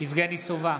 יבגני סובה,